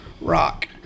rock